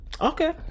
okay